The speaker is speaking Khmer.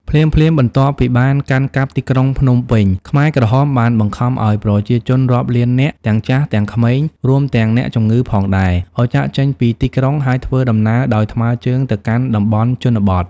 ភ្លាមៗបន្ទាប់ពីបានកាន់កាប់ទីក្រុងភ្នំពេញ ខ្មែរក្រហមបានបង្ខំឲ្យប្រជាជនរាប់លាននាក់ទាំងចាស់ទាំងក្មេង រួមទាំងអ្នកជំងឺផងដែរ ឲ្យចាកចេញពីទីក្រុង ហើយធ្វើដំណើរដោយថ្មើរជើងទៅកាន់តំបន់ជនបទ។